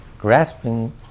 Grasping